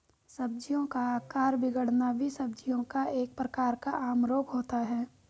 सब्जियों का आकार बिगड़ना भी सब्जियों का एक प्रकार का आम रोग होता है